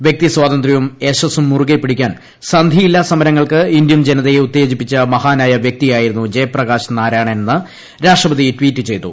വ്യക്തിസ്വാതന്ത്രവും യശസ്സും മുറുകെ പിടിക്കാൻ സന്ധിയില്ലാ സമരങ്ങൾക്ക് ഇന്ത്യൻ ജനതയെ ഉത്തേജിപ്പിച്ചു മുഷ്ഠാനായ വൃക്തിയായിരുന്നു ജയപ്രകാശ് നാരായണനെന്ന് രാഷ്ട്രപതി ട്വീറ്റ് ചെയ്തു